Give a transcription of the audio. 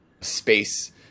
space